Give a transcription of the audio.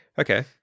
okay